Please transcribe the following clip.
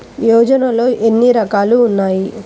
యోజనలో ఏన్ని రకాలు ఉన్నాయి?